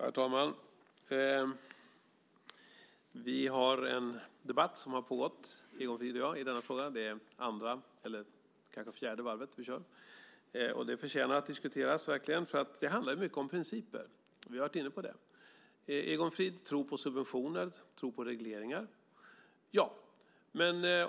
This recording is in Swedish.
Herr talman! Vi har, Egon Frid och jag, en debatt som har pågått en tid i denna fråga - det är kanske fjärde varvet vi kör nu - och den förtjänar att diskuteras. Det handlar mycket om principer. Vi var tidigare inne på det. Egon Frid tror på subventioner och regleringar.